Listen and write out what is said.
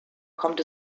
kommt